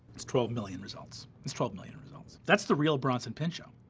it's twelve million results, it's twelve million results. that's the real bronson pinchot.